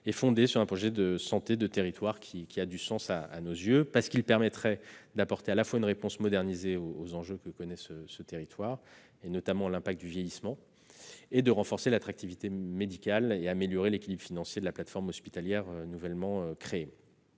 est fondé sur un projet de santé de territoire qui a du sens à nos yeux. En effet, il permettrait d'apporter une réponse modernisée aux enjeux de ce territoire, notamment l'impact du vieillissement, de renforcer l'attractivité médicale de cet établissement et d'améliorer l'équilibre financier de la plateforme hospitalière nouvellement créée.